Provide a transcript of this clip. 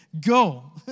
Go